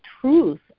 truth